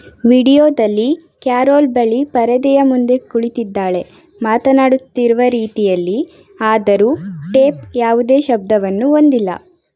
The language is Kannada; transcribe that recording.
ವೀಡಿಯೊದಲ್ಲಿ ಕ್ಯಾರೊಲ್ ಬಳಿ ಪರದೆಯ ಮುಂದೆ ಕುಳಿತಿದ್ದಾಳೆ ಮಾತನಾಡುತ್ತಿರುವ ರೀತಿಯಲ್ಲಿ ಆದರೂ ಟೇಪ್ ಯಾವುದೇ ಶಬ್ದವನ್ನು ಹೊಂದಿಲ್ಲ